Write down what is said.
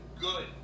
good